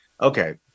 Okay